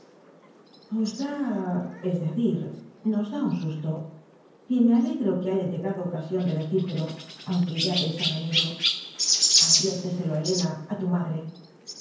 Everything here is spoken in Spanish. da es decir nos da un susto y me alegro que haya llegado ocasión de decír telo aunque ya pensaba en ello adviérte selo a helena a tu madre